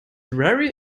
very